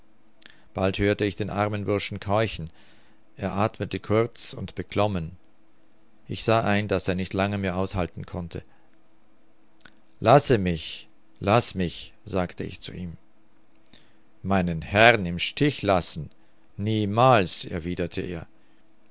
bald hörte ich den armen burschen keuchen er athmete kurz und beklommen ich sah ein daß er nicht lange mehr aushalten konnte lasse mich lass mich sagte ich zu ihm meinen herrn im stich lassen niemals erwiderte er